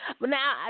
Now